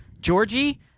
Georgie